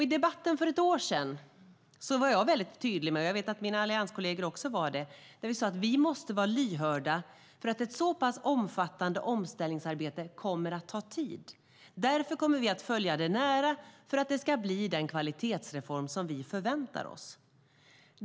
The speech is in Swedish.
I debatten för ett år sedan var jag och mina allianskolleger tydliga med att vi måste vara lyhörda för att ett så pass omfattande omställningsarbete kommer att ta tid och att vi kommer att följa det nära för att det ska bli den kvalitetsreform som vi förväntar oss.